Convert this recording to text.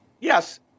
Yes